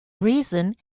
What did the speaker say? reason